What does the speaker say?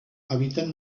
habiten